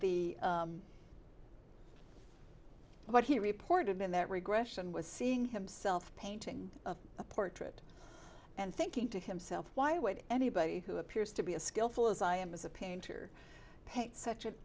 b what he reported in that regression was seeing himself painting a portrait and thinking to himself why would anybody who appears to be a skillful as i am as a painter paint such an